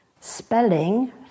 Spelling